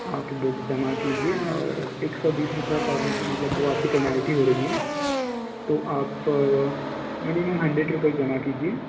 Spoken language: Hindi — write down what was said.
आप बुक जमा कीजिए और एक सौ बीस रुपए पर मतलब वो आपकी पेनल्टी हो रही है तो आप मिनिमम हंडरेट रूपए जमा कीजिए